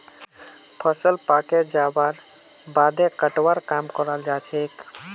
फसल पाके जबार बादे कटवार काम कराल जाछेक